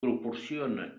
proporciona